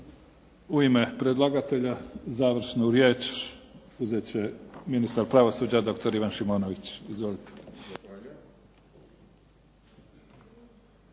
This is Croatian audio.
U ime predlagatelja završnu riječ uzet će ministar pravosuđa dr. Ivan Šimonović. Izvolite.